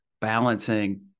balancing